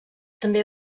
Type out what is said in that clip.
també